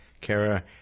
Kara